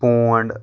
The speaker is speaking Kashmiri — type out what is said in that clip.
پونٛڈ